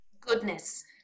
Goodness